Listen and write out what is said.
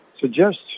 suggest